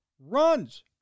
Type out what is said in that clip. Runs